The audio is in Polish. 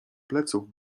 pleców